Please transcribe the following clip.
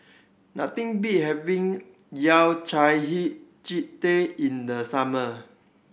nothing beat having Yao Cai hei ji in the summer